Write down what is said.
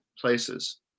places